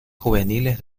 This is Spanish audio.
juveniles